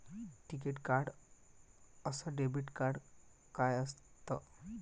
टिकीत कार्ड अस debit card काय असत?